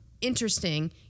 interesting